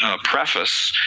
ah preface,